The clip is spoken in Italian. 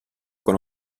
con